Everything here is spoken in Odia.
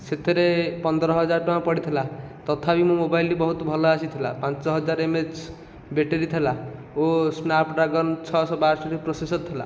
ସେଥିରେ ପନ୍ଦର ହଜାର ଟଙ୍କା ପଡ଼ିଥିଲା ତଥାପି ମୋ ମୋବାଇଲଟେ ବହୁତ ଭଲ ଆସିଥିଲା ପାଞ୍ଚ ହଜାର ଏମ ଏ ଏଚ ବେଟେରି ଥିଲା ଓ ସ୍ନାପଡ୍ରାଗନ ଛହଶହ ବାସଠି ପ୍ରୋସେସସର ଥିଲା